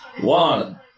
One